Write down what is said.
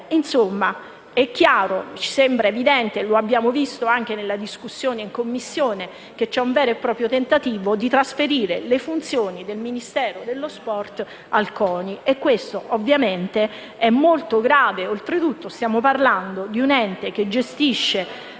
Insomma, è chiaro, ci sembra evidente e lo abbiamo visto anche nella discussione in Commissione, che c'è un vero e proprio tentativo di trasferire le funzioni del Ministero dello sport al CONI. Questo, ovviamente, è molto grave. Oltre tutto, stiamo parlando di un ente che gestisce